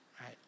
right